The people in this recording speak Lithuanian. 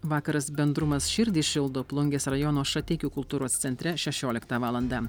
vakaras bendrumas širdį šildo plungės rajono šateikių kultūros centre šešioliktą valandą